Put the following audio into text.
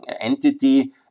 entity